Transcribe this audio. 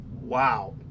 wow